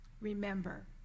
Remember